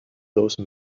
those